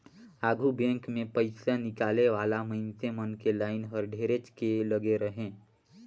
आघु बेंक मे पइसा निकाले वाला मइनसे मन के लाइन हर ढेरेच के लगे रहें